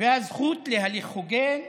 והזכות להליך הוגן,